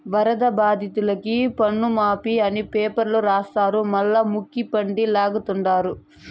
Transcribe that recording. వరద బాధితులకి పన్నుమాఫీ అని పేపర్ల రాస్తారు మల్లా ముక్కుపిండి లాగతండారు